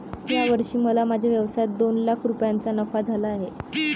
या वर्षी मला माझ्या व्यवसायात दोन लाख रुपयांचा नफा झाला आहे